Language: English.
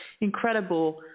incredible